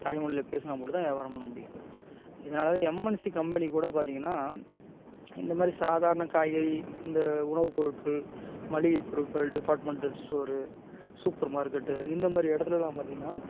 தாய்மொழியில பேசுனா மட்டும் தான் வியாபாரம் பண்ண முடியும் இதுனால தான் எம்என்சி கம்பெனி கூட பார்த்திங்கன்னா இந்த மாரி சாதாரண காய்கறி இந்த உணவுப் பொருட்கள் மளிகைப் பொருட்கள் டிப்பார்ட்மெண்ட்டல் ஸ்டோரு சூப்பர் மார்க்கெட்டு இந்த மாரி இடத்துலலாம் பார்த்தீங்கனா